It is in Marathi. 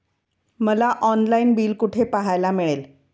मला ऑनलाइन बिल कुठे पाहायला मिळेल?